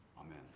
Amen